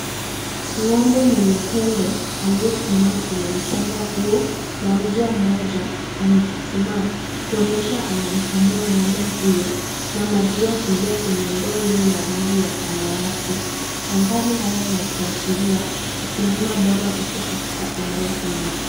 Ng'ombe mwenye pembe aliyesimama kwenye mchanga huo na mja mmoja amechuchumaa kuonyesha anamkamua ng'ombe huyo na maziwa kuingia kwenye ndoo hiyo ya rangi ya samawati maandhari haya yakiashiria ukulima bora huko katika eneo hilo.